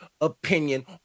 opinion